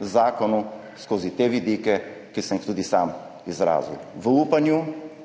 zakonu skozi te vidike, ki sem jih tudi sam izrazil, v upanju,